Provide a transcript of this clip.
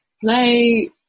play